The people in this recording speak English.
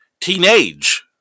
teenage